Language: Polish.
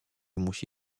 musi